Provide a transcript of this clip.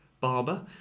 Barber